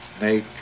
make